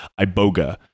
Iboga